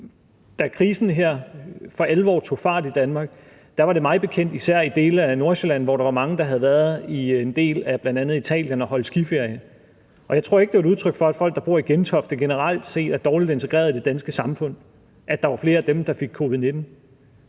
da krisen her for alvor tog fart i Danmark, var det mig bekendt især i dele af Nordsjælland, hvor der var mange, der havde været i en del af bl.a. Italien og holdt skiferie. Jeg tror ikke, det var et udtryk for, at folk, der bor i Gentofte, generelt set er dårligt integreret i det danske samfund, at der var flere af dem, der fik covid-19.